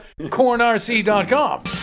cornrc.com